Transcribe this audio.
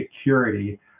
security